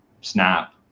SNAP